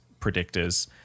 predictors